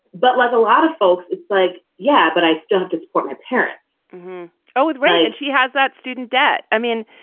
but let a lot of folks it's like. yeah. but i still have to support my parents oh, right. and she has that student debt. i mean,